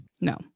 No